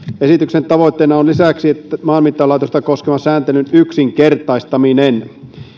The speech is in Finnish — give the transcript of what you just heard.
esityksen tavoitteena on lisäksi maanmittauslaitosta koskevan sääntelyn yksinkertaistaminen